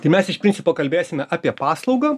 tai mes iš principo kalbėsime apie paslaugą